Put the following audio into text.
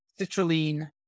citrulline